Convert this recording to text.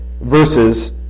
verses